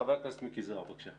חבר הכנסת מיקי זוהר, בבקשה.